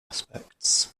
aspects